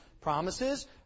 promises